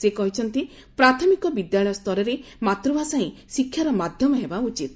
ସେ କହିଛନ୍ତି ପ୍ରାଥମିକ ବିଦ୍ୟାଳୟ ସ୍ତରରେ ମାତୂଭାଷା ହିଁ ଶିକ୍ଷାର ମାଧ୍ଧମ ହେବା ଉଚିତ